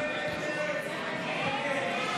הצבעה.